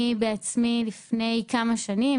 בעצמי לפני כמה שנים,